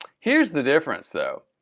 here's the difference though